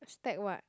stack what